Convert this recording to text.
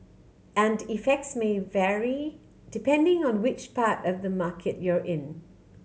and effects may vary depending on which part of the market you're in